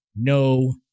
no